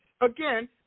Again